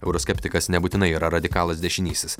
euroskeptikas nebūtinai yra radikalas dešinysis